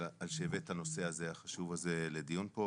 שהבאת את הנושא החשוב הזה לדיון פה,